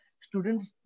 students